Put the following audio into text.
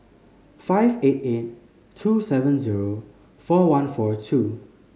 five eight eight two seven zero four one four two